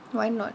why not